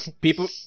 people